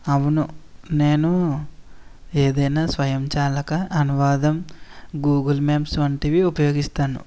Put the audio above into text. అవును నేను ఏదైనా స్వయంచాలక అనువాదం గూగుల్ మ్యాప్స్ వంటివి ఉపయోగిస్తాను